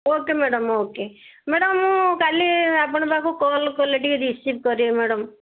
okay madam okay madam ମୁଁ କାଲି ଆପଣଙ୍କ ପାଖକୁ କଲ୍ କଲେ ଟିକେ ରିସିଭ୍ କରିବେ ମ୍ୟାଡ଼ାମ୍